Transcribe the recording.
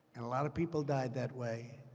and a lot of people died that way,